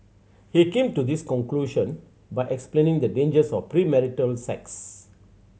he came to this conclusion by explaining the dangers of premarital sex